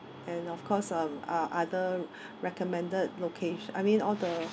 and of course um uh other recommended location I mean all the